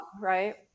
right